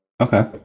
Okay